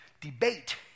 debate